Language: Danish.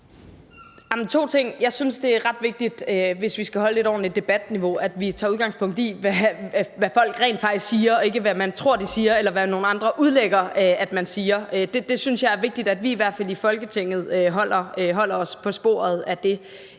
to ting. Jeg synes, det er ret vigtigt, hvis vi skal holde et ordentligt debatniveau, at vi tager udgangspunkt i, hvad folk rent faktisk siger, og ikke i, hvad man tror de siger, eller hvad nogle andre udlægger at man siger. Jeg synes, det er vigtigt, at vi i hvert fald i Folketinget holder os på sporet i